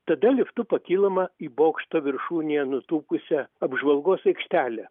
tada liftu pakylama į bokšto viršūnėje nutūpusią apžvalgos aikštelę